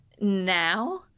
now